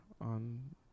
on